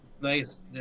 nice